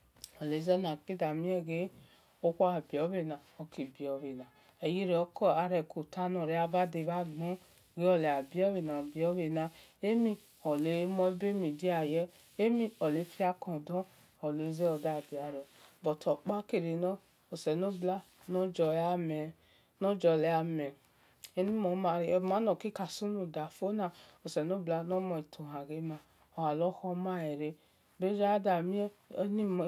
ooleye nakida mie gbe okhuo gha dio bhena oki dio bhena eyirio ko arekota eghe nore gha-vade bha-gbon wel ole gha-dio bbe-na ole-dio-bhe na emikhole mhebemhi diaye olefiakondon oleye no-kil da diarior but okpa kire no oselobua nor gio gha mel manokika sunudufo na osenobua no mue tohan ghema bhegiadamie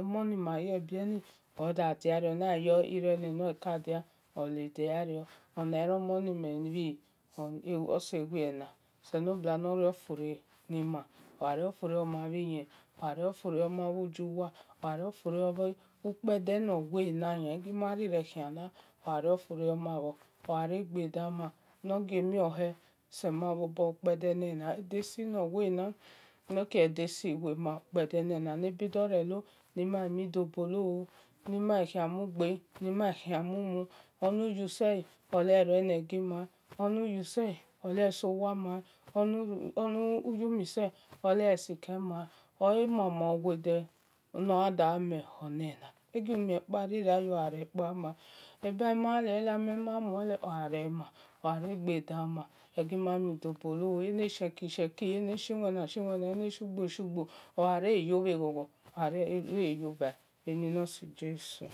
emon ni ma bhe bie ni odu diario na ghe wel irio inenorle ku-dia oye diario ona eromon nime-na ose vie na selobua no riofure nimu ogha riofure ma bhi yen oghario fure ma wu wa oghario fure ma bhu kpede na nowel na bhegi mughire khian la ogha riegba dama nogie mhonbe sima bho bo edesi no wel na ni maghe mi dobolo nima ghe miu gbe nor mama uwo de nima yan da gha meh elena egu rekpa gha ye ela ogha re kpama egima mi-dobolo ene sheki shieki ene shi-wina shi wina ene shion gbo shio gbo ogha ye su wa we ni nor si jesu